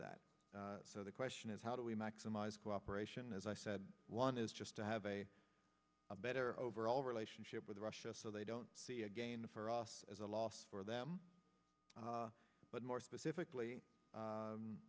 that so the question is how do we maximize cooperation as i said one is just to have a better overall relationship with russia so they don't see again for us as a loss for them but more specifically